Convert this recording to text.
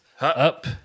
Up